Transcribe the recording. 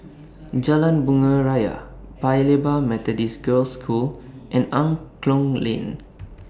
Jalan Bunga Raya Paya Lebar Methodist Girls' School and Angklong Lane